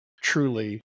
truly